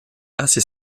assez